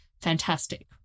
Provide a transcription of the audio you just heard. fantastic